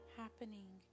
happening